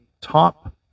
top